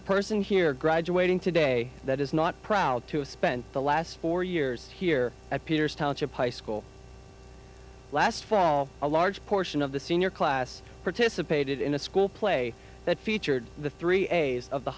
a person here graduating today that is not proud to have spent the last four years here at peter's township high school last fall a large portion of the senior class participated in a school play that featured the three days of the